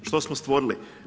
Što smo stvorili?